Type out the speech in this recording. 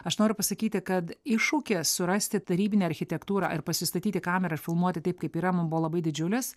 aš noriu pasakyti kad iššūkis surasti tarybinę architektūrą ir pasistatyti kamerą filmuoti taip kaip yra mum buvo labai didžiulis